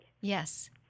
Yes